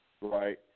right